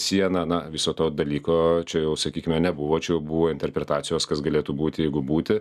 sieną na viso to dalyko čia jau sakykime nebuvo čia jau buvo interpretacijos kas galėtų būti jeigu būti